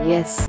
Yes